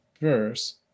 verse